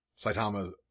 Saitama